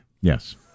Yes